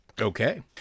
Okay